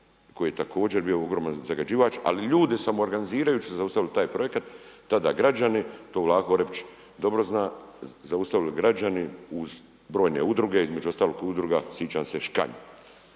koji je također bio ogroman zagađivač, ali ljudi su samoogranizirajući se zaustavili taj projekat, tada građani to Vlaho Orepić dobro zna, zaustavili građani uz brojne udruge, između ostalog udruga, sjećam se, Škanj.